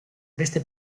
beste